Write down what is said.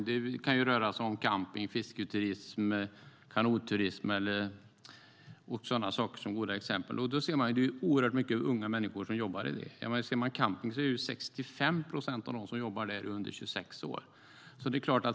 Det kan röra sig om camping, fisketurism och kanotturism. Det är oerhört många unga människor som jobbar med det. Inom campingverksamhet är 65 procent av dem som jobbar där under 26 år.